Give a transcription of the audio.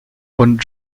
und